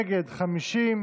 בדיוק, אגב,